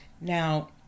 Now